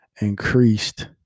increased